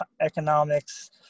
economics